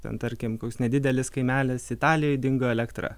ten tarkim koks nedidelis kaimelis italijoj dingo elektra